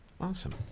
Awesome